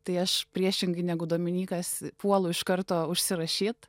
tai aš priešingai negu dominykas puolu iš karto užsirašyt